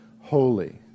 holy